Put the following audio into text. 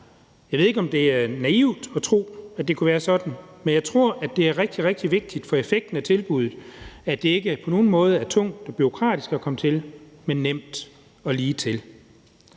Jeg ved ikke, om det var naivt at tro, at det kunne være sådan, men jeg tror, at det er rigtig, rigtig vigtigt for effekten af tilbuddet, at det ikke på nogen måde er tungt og bureaukratisk at komme til, men nemt og ligetil.